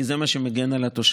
כי זה מה שמגן על התושבים.